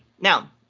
Now